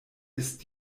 ist